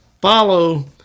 follow